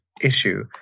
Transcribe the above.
issue